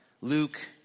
Luke